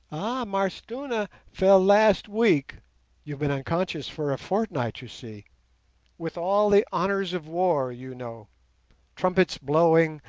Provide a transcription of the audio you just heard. m'arstuna fell last week you've been unconscious for a fortnight, you see with all the honours of war, you know trumpets blowing,